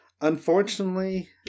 unfortunately